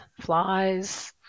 flies